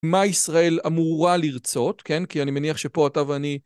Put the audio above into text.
מה ישראל אמורה לרצות, כן? כי אני מניח שפה אתה ואני...